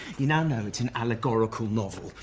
you know know it's an allegorical novel.